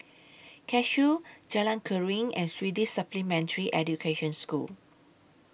Cashew Jalan Keruing and Swedish Supplementary Education School